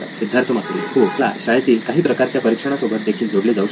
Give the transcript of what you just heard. सिद्धार्थ मातुरी हो याला शाळेतील काही प्रकारच्या परीक्षणासोबत देखील जोडले जाऊ शकते